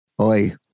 Oi